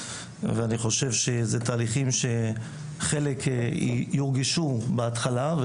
ואני חושב שאלה תהליכים שחלק יורגשו בהתחלה,